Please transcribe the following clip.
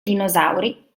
dinosauri